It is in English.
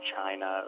China